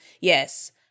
Yes